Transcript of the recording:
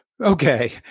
Okay